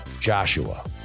Joshua